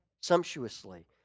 Sumptuously